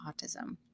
autism